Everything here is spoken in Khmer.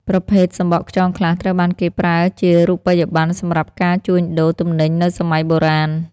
ប្រភេទសំបកខ្យងខ្លះត្រូវបានគេប្រើជារូបិយប័ណ្ណសម្រាប់ការជួញដូរទំនិញនៅសម័យបុរាណ។